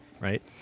right